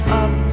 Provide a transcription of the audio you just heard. up